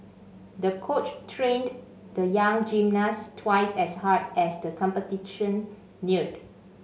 the coach trained the young gymnast twice as hard as the competition neared